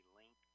link